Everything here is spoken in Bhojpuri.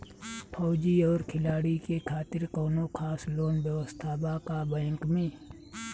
फौजी और खिलाड़ी के खातिर कौनो खास लोन व्यवस्था बा का बैंक में?